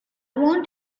want